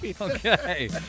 Okay